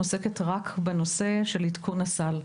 ועדת הסל עוסקת רק בנושא של עדכון הסל.